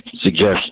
suggestion